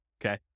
okay